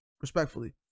Respectfully